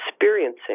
experiencing